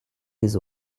des